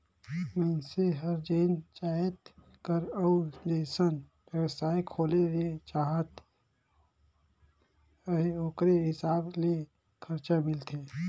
मइनसे हर जेन जाएत कर अउ जइसन बेवसाय खोले ले चाहत अहे ओकरे हिसाब ले खरचा मिलथे